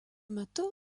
metu